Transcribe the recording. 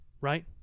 right